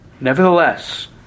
nevertheless